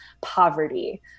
poverty